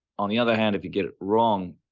on the other hand, if you get it wrong,